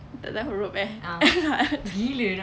tak tahu rope eh